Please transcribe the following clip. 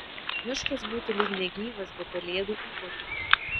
miškas būtų lyg negyvas be pelėdų ūbavimo